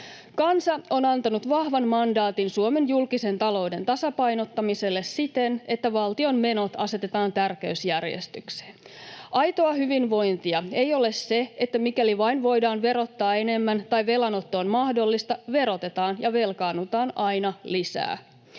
Kansa on antanut vahvan mandaatin Suomen julkisen talouden tasapainottamiselle siten, että valtion menot asetetaan tärkeysjärjestykseen. Aitoa hyvinvointia ei ole se, että mikäli vain voidaan verottaa enemmän tai velanotto on mahdollista, verotetaan ja velkaannutaan aina lisää